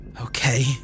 Okay